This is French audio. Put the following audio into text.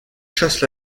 chasse